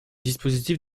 dispositif